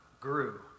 grew